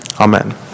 Amen